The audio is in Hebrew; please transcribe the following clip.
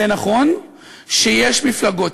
זה נכון שיש מפלגות,